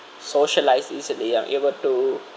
socialise easily I'm able to